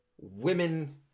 women